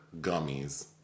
gummies